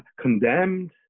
condemned